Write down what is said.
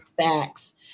facts